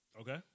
Okay